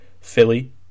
Philly